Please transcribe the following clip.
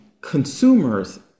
consumers